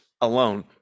alone